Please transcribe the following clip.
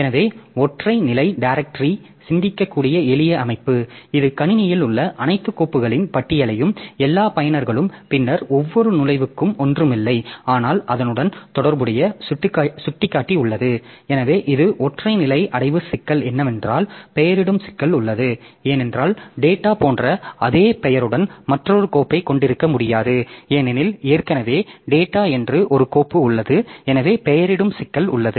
எனவே ஒற்றை நிலை டைரக்ட்ரி சிந்திக்கக்கூடிய எளிய அமைப்பு இது கணினியில் உள்ள அனைத்து கோப்புகளின் பட்டியலையும் எல்லா பயனர்களும் பின்னர் ஒவ்வொரு நுழைவுக்கும் ஒன்றுமில்லை ஆனால் அதனுடன் தொடர்புடைய சுட்டிக்காட்டி உள்ளது எனவே இது ஒற்றை நிலை அடைவு சிக்கல் என்னவென்றால் பெயரிடும் சிக்கல் உள்ளது ஏனென்றால் டேட்டா போன்ற அதே பெயருடன் மற்றொரு கோப்பை கொண்டிருக்க முடியாது ஏனெனில் ஏற்கனவே டேட்டா என்று ஒரு கோப்பு உள்ளது எனவே பெயரிடும் சிக்கல் உள்ளது